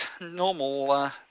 normal